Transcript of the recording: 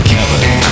Kevin